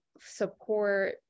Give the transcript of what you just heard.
support